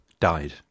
died